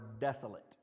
desolate